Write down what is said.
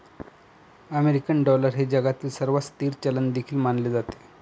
American dollar हे जगातील सर्वात स्थिर चलन देखील मानले जाते